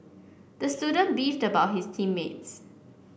the student beefed about his team mates